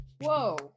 Whoa